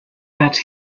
that